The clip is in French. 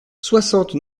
soixante